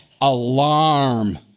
alarm